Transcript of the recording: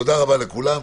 תודה רבה לכולם,